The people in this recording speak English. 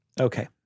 Okay